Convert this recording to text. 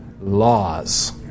laws